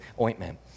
ointment